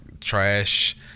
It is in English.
trash